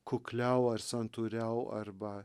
kukliau ar santūriau arba